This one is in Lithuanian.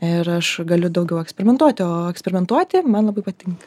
ir aš galiu daugiau eksperimentuoti o eksperimentuoti man labai patinka